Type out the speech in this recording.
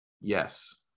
Yes